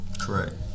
Correct